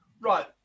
Right